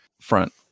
front